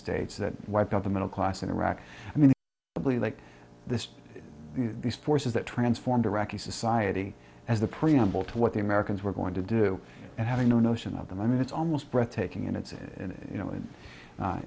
states that wiped out the middle class in iraq i mean the plea like this these forces that transformed iraqi society as a preamble to what the americans were going to do and having no notion of them i mean it's almost breathtaking